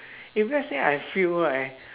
if let's say I fail right